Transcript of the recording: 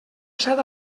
set